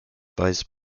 vice